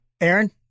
Aaron